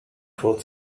for